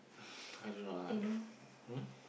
I don't lah hmm